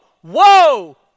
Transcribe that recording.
whoa